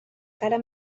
cara